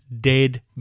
dead